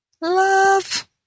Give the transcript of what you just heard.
Love